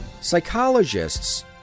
Psychologists